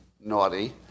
naughty